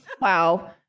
wow